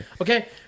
Okay